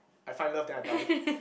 I find love then I die